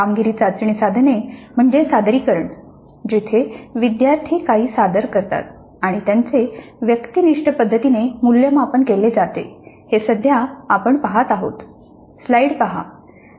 कामगिरी चाचणी साधने म्हणजे सादरीकरण येथे विद्यार्थी काही सादर करतात आणि त्याचे व्यक्तिनिष्ठ पद्धतीने मूल्यमापन केले जाते जे सध्या आपण पाहात आहोत